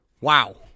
Wow